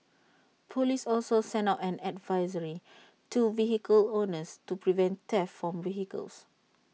Police also sent out an advisory to vehicle owners to prevent theft from vehicles